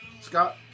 Scott